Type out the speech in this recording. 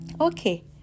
okay